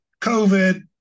COVID